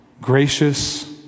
gracious